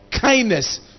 Kindness